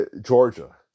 Georgia